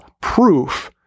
proof